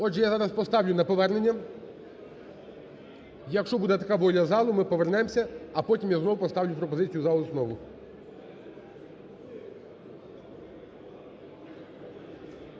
Отже, я зараз поставлю на повернення. Якщо буде така воля залу, ми повернемося, а потім я знову поставлю пропозицію за основу.